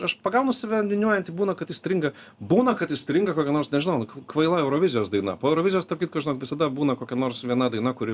aš pagaunu save niūniuojantį būna kad įstringa būna kad įstringa kokia nors nežinau kvaila eurovizijos daina po eurovizijos tarp kitko žinok visada būna kokia nors viena daina kuri